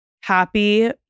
happy